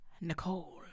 Nicole